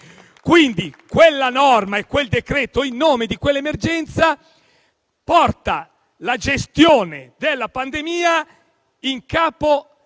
Quella norma, quel decreto, in nome di quell'emergenza, porta la gestione della pandemia in capo